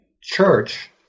church